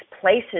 places